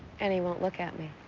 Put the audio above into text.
and he won't look at me.